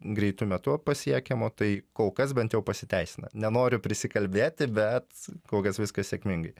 greitu metu pasiekiamo tai kol kas bent jau pasiteisina nenoriu prisikalbėti bet kol kas viskas sėkmingai